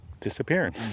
disappearing